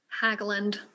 Haglund